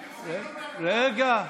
רגע.